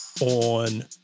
on